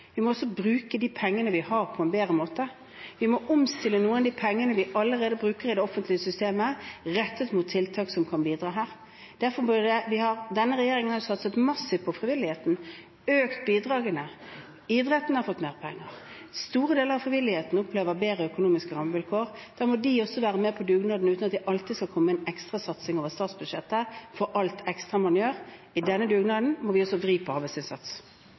Vi må også bruke de pengene vi har på en bedre måte. Vi må omstille noen av de pengene vi allerede bruker i det offentlige systemet rettet mot tiltak som kan bidra her. Denne regjeringen har jo satset massivt på frivilligheten, økt bidragene. Idretten har fått mer penger, store deler av frivilligheten opplever bedre økonomiske rammevilkår. Da må de også være med på dugnaden uten at det alltid skal komme en ekstra satsing over statsbudsjettet for alt ekstra man gjør. I denne dugnaden må vi også vri på arbeidsinnsats.